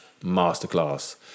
masterclass